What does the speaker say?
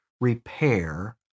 repair